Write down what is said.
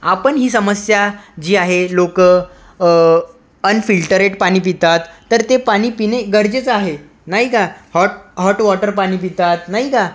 आपण ही समस्या जी आहे लोकं अनफिल्टरेट पाणी पितात तर ते पाणी पिणे गरजेचं आहे नाही का हॉट हॉट वॉटर पाणी पितात नाही का